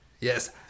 Yes